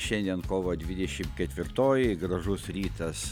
šiandien kovo dvidešimt ketvirtoji gražus rytas